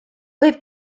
võib